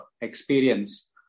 experience